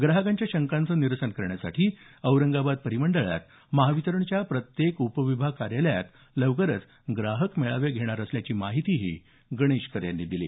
ग्राहकांच्या शंकांचं निरसन करण्यासाठी औरंगाबाद परिमंडळात महावितरणच्या प्रत्येक उपविभाग कार्यालयात लवकरच ग्राहक मेळावे घेणार असल्याची माहितीही गणेशकर यांनी दिली